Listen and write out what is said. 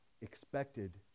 expected